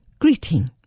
greeting